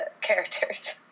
characters